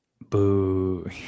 boo